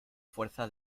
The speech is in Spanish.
fuerza